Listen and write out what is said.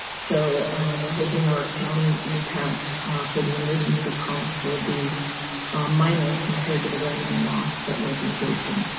so we're hoping our county impact for the emergency costs will be minor compared to the revenue loss that we'll be facing.